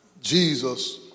Jesus